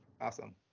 Awesome